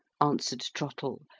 answered trottle,